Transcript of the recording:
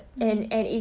mm